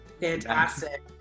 fantastic